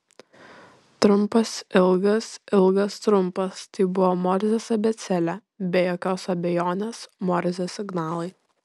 trumpas ilgas ilgas trumpas tai buvo morzės abėcėlė be jokios abejonės morzės signalai